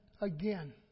again